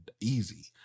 easy